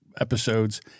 episodes